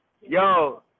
Yo